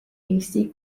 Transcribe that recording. eesti